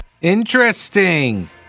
Interesting